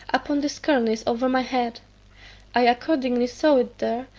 upon this cornice over my head i accordingly saw it there,